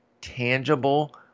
tangible